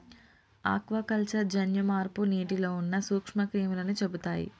aquaculture జన్యు మార్పు నీటిలో ఉన్న నూక్ష్మ క్రిములని చెపుతయ్